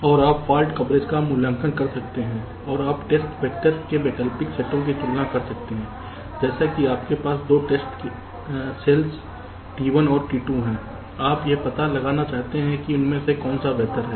और आप fault coverage का मूल्यांकन कर सकते हैं और आप टेस्ट वैक्टर के वैकल्पिक सेटों की तुलना कर सकते हैं जैसे कि आपके पास 2 टेस्ट सेल्स t1 और t2 हैं आप यह पता लगाना चाहते हैं कि उनमें से कौन सा बेहतर है